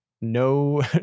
No